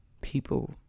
people